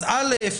המנגנון,